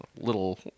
little